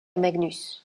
magnus